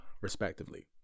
respectively